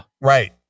Right